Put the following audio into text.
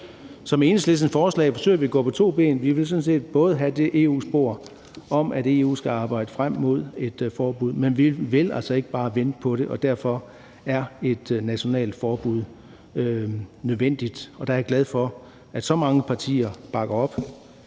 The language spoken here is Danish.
med Enhedslistens forslag forsøger vi at gå på to ben. Vi vil sådan set have det EU-spor, der handler om, at EU skal arbejde frem mod et forbud, men vi vil altså ikke bare vente på det, og derfor er et nationalt forbud nødvendigt, og der er jeg glad for, at så mange partier bakker op.